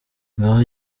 ngaho